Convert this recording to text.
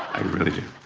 really do.